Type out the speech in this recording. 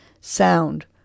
sound